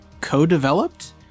co-developed